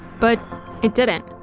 but it didn't.